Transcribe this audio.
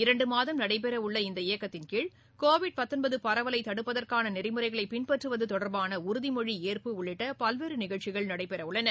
இரண்டு மாதம் நடைபெற உள்ள இந்த இயக்கத்தின்கீழ் கோவிட் பரவலை தடுப்பதற்கான நெறிமுறைகளை பின்பற்றுவது தொடர்பான உறுதிமொழி ஏற்பு உள்ளிட்ட பல்வேறு நிகழ்ச்சிகள் நடைபெற உள்ளன